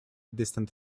distant